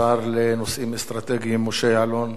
השר לנושאים אסטרטגיים משה יעלון,